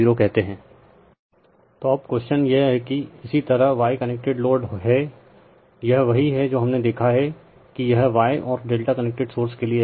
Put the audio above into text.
Refer Slide Time 1627 तो अब question यह है कि इसी तरह Y कनेक्टेड लोड हैl यह वही है जो हमने देखा हैं कि यह Y और ∆ कनेक्टेड सोर्स के लिए हैं